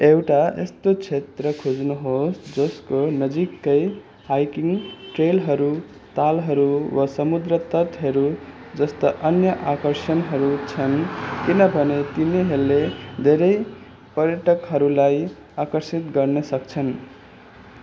एउटा यस्तो क्षेत्र खोज्नुहोस् जसको नजिकै हाइकिङ ट्रेलहरू तालहरू वा समुद्र तटहरू जस्ता अन्य आकर्षणहरू छन् किनभने तिनले धेरै पर्यटकहरूलाई आकर्षित गर्न सक्छन्